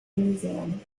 museum